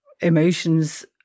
emotions